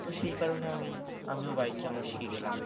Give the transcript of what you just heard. তো সেই কারণে আমি আমিও বাইক চালানো শিখে গেলাম